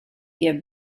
give